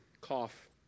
cough